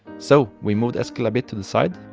so, we moved eskild a bit to the side.